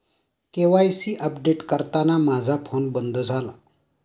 KYC update करताना माझा phone बंद झाला